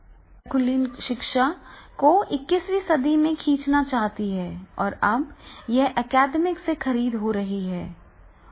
कोर्टेरा कुलीन शिक्षा को 21 वीं सदी में खींचना चाहती है और अब यह अकादमिक से खरीद हो रही है